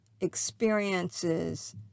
experiences